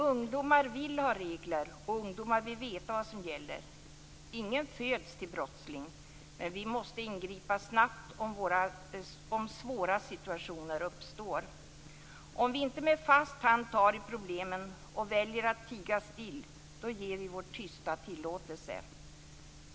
Ungdomar vill ha regler, och ungdomar vill veta vad som gäller. Ingen föds till brottsling, men vi måste ingripa snabbt om svåra situationer uppstår. Om vi inte med fast hand tar tag i problemen utan väljer att tiga still, ger vi vår tysta tillåtelse.